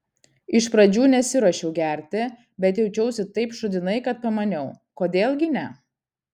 iš pradžių nesiruošiau gerti bet jaučiausi taip šūdinai kad pamaniau kodėl gi ne